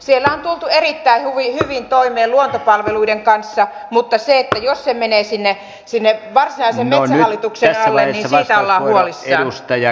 siellä on tultu erittäin hyvin toimeen luontopalveluiden kanssa mutta jos se menee sinne varsinaisen metsähallituksen alle niin siitä ollaan huolissaan